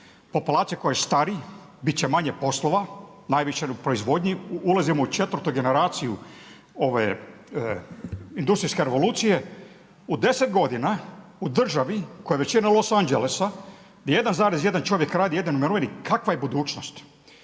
populaciju koja stari, bit će manje poslova najviše u proizvodnji. Ulazimo u četvrtu generaciju industrijske revolucije. U deset godina u državi koja je veličine Los Angelesa gdje 1,1 čovjek radi, jedan u mirovini kakva je budućnost.